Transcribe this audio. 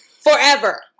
forever